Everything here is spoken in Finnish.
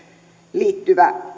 liittyvä